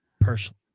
personally